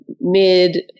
mid